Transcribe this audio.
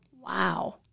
Wow